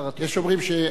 יש אומרים שאני